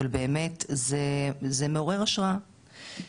אבל באמת מעורר השראה.